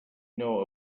know